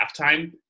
halftime